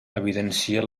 evidencia